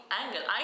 angle